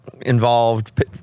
involved